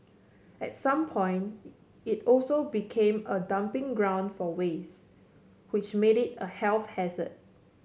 at some point it it also became a dumping ground for waste which made it a health hazard